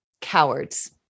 Cowards